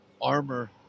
armor